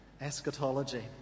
Eschatology